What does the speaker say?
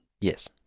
yes